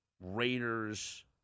Raiders